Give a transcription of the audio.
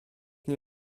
nie